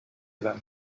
them